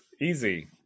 Easy